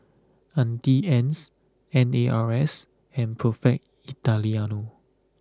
Auntie Anne's N A R S and Perfect Italiano